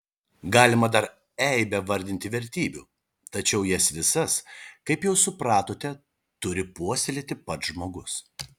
galima dar eibę vardinti vertybių tačiau jas visas kaip jau supratote turi puoselėti pats žmogus